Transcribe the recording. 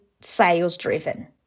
sales-driven